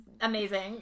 amazing